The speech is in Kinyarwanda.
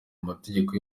amategeko